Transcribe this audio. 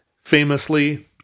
famously